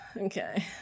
Okay